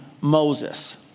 Moses